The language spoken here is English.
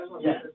Yes